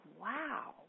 wow